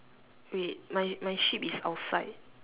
wait my my sheep is outside